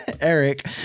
Eric